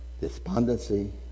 despondency